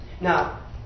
Now